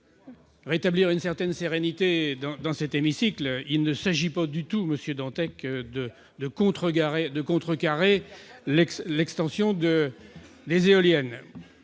rétablir une certaine sérénité dans l'hémicycle. Il ne s'agit pas du tout, monsieur Dantec, de contrecarrer l'extension des éoliennes.